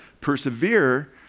persevere